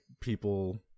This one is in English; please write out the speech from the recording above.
people